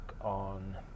on